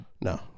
No